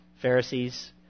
Pharisees